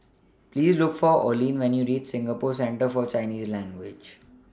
Please Look For Oline when YOU REACH Singapore Centre For Chinese Language